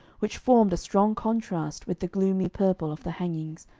which formed a strong contrast with the gloomy purple of the hangings,